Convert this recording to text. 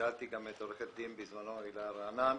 שאלתי גם את עו"ד הילה רענן